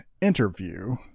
interview